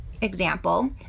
example